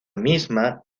misma